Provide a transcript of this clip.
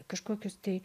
kažkokius tai